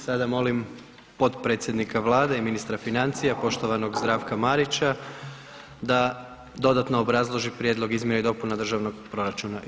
Sada molim potpredsjednika Vlade i ministra financija poštovanog Zdravka Marića da dodatno obrazloži Prijedlog izmjena i dopuna Državnog proračuna RH.